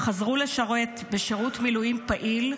חזרו לשרת בשירות מילואים פעיל,